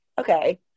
okay